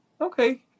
Okay